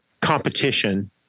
competition